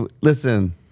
listen